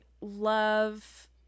love